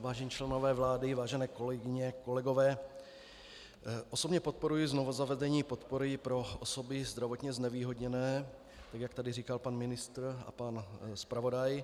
Vážení členové vlády, vážené kolegyně, kolegové, osobně podporuji znovuzavedení podpory pro osoby zdravotně znevýhodněné, tak jak tady říkal pan ministr a pan zpravodaj.